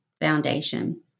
Foundation